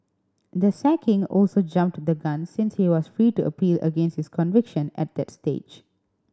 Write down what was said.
the sacking also jumped the gun since he was free to appeal against his conviction at that stage